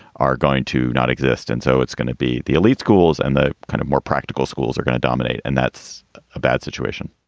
are going to not exist. and so it's going to be the elite schools and the kind of more practical schools are going to dominate. and that's a bad situation.